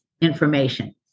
information